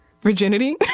Virginity